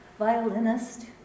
violinist